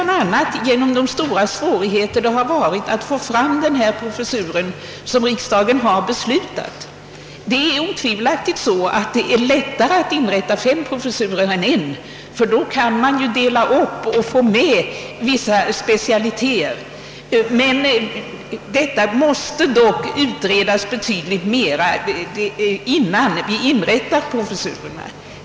Det har varit svårt att få fram den professur som riksdagen har beslutat om. Det är otvivelaktigt lättare att inrätta fem professurer, eftersom man då kan dela upp ämnet i vissa specialiteter. Frågan måste dock utredas betydligt mer innan vi kan inrätta nya professurer.